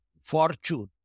fortune